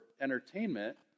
entertainment